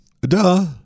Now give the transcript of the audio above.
Duh